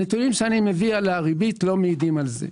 הנתונים שאני מביא על הריבית לא מעידים על כך.